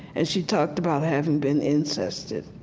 and she talked about having been incested.